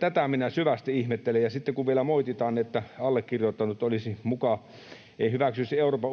Tätä minä syvästi ihmettelen. Ja sitten, kun vielä moititaan, että allekirjoittanut ei muka hyväksyisi Euroopan